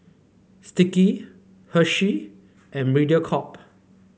Sticky Hershey and Mediacorp